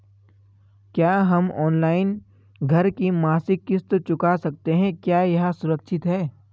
क्या हम ऑनलाइन घर की मासिक किश्त चुका सकते हैं क्या यह सुरक्षित है?